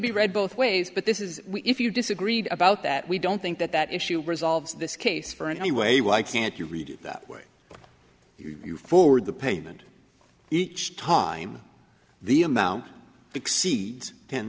be read both ways but this is if you disagreed about that we don't think that that issue resolves this case for in any way why can't you read it that way you forward the payment each time the amount exceeds ten